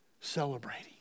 Celebrating